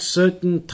certain